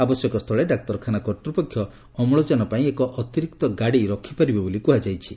ଆବଶ୍ୟକସ୍ତୁଳେ ଡାକ୍ତରଖାନା କର୍ତ୍ତୃପକ୍ଷ ଅମ୍ଳଜାନ ପାଇଁ ଏକ ଅତିରିକ୍ତ ଗାଡ଼ି ରଖିପାରିବେ ବୋଲି କୁହାଯାଇଛି